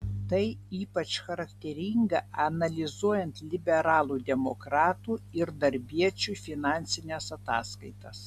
tai ypač charakteringa analizuojant liberalų demokratų ir darbiečių finansines ataskaitas